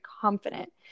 confident